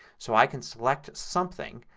so i can select something.